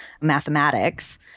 mathematics